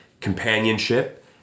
companionship